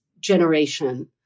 generation